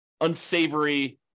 unsavory